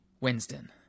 Winston